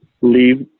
leave